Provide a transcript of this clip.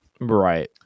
Right